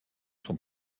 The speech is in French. sont